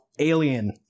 alien